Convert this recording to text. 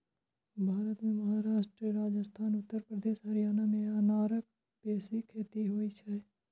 भारत मे महाराष्ट्र, राजस्थान, उत्तर प्रदेश, हरियाणा मे अनारक बेसी खेती होइ छै